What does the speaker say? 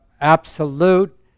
absolute